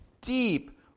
deep